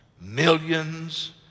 millions